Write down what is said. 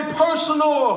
personal